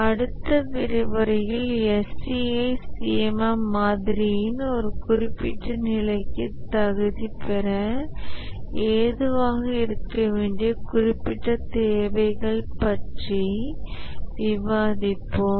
அடுத்த விரிவுரையில் SEI CMM மாதிரியின் ஒரு குறிப்பிட்ட நிலைக்கு தகுதி பெற ஏதுவாக இருக்க வேண்டிய குறிப்பிட்ட தேவைகள் பற்றி விவாதிப்போம்